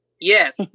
Yes